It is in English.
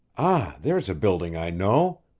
ah, there's a building i know!